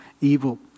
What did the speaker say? evil